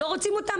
לא רוצים אותן?